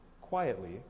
quietly